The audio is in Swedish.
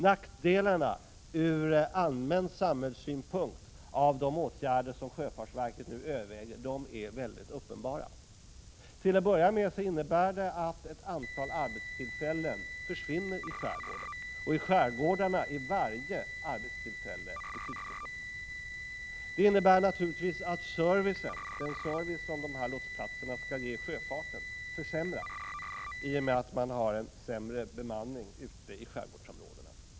Nackdelarna ur allmän samhällssynpunkt med de åtgärder som sjöfartsverket nu överväger är uppenbara. Till att börja med innebär de att ett antal arbetstillfällen försvinner i skärgården. Där är varje arbetstillfälle betydelsefullt. Åtgärderna innebär naturligtvis att den service som dessa lotsplatser skall ge sjöfarten försämras i och med en sämre bemanning ute i skärgården.